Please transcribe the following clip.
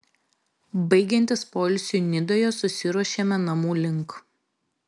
baigiantis poilsiui nidoje susiruošėme namų link